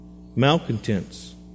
malcontents